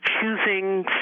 choosing